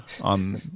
on